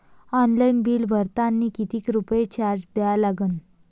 Online bill भरतानी कितीक रुपये चार्ज द्या लागन?